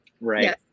Right